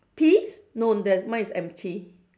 peas no there's mine is empty